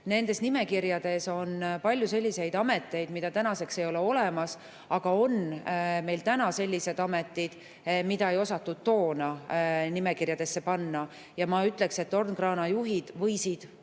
Nendes nimekirjades on palju selliseid ameteid, mida tänaseks ei ole olemas, aga täna on ka selliseid ameteid, mida ei osatud toona nimekirja panna. Ja ma ütleksin, et tornkraanajuhid võisid kuuluda